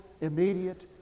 immediate